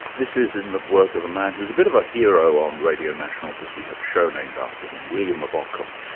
this is in the work of a man who's a bit of a hero on radio national, because we have a show named after him, william of ockham.